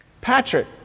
Patrick